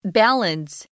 balance